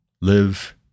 live